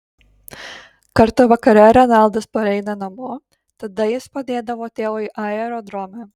kartą vakare renaldas pareina namo tada jis padėdavo tėvui aerodrome